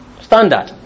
standard